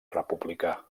republicà